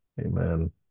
Amen